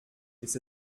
ist